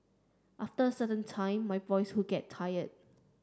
after a certain time my voice would get tired